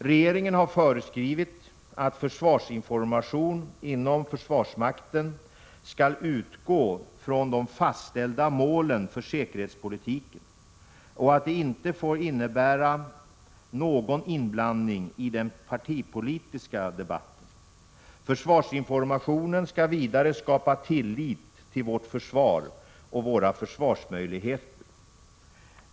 Regeringen har föreskrivit att försvarsinformation inom försvarsmakten skall utgå från de fastställda målen för säkerhetspolitiken och att den inte får innebära någon inblandning i den partipolitiska debatten. Försvarsinformationen skall vidare skapa tillit till vårt försvar och våra försvarsmöjligheter.